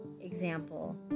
Example